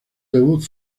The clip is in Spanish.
debut